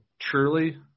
truly –